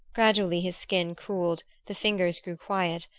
gradually his skin cooled, the fingers grew quiet,